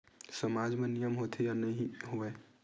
सामाज मा नियम होथे या नहीं हो वाए?